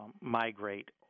migrate